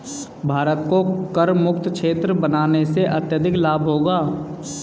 भारत को करमुक्त क्षेत्र बनाने से अत्यधिक लाभ होगा